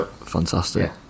fantastic